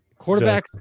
Quarterbacks